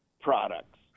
products